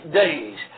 days